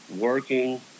working